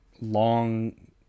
long